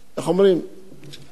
לא מבין,